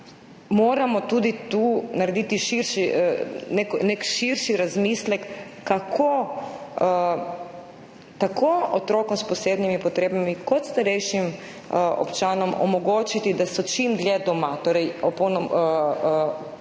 moramo narediti nek širši razmislek, kako tako otrokom s posebnimi potrebami kot starejšim občanom omogočiti, da so čim dlje doma. Torej organe